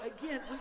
again